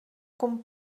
com